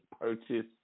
purchase